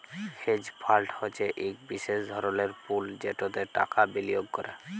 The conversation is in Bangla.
হেজ ফাল্ড হছে ইক বিশেষ ধরলের পুল যেটতে টাকা বিলিয়গ ক্যরে